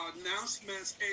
announcements